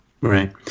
right